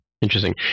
interesting